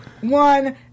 One